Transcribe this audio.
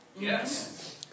Yes